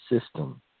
system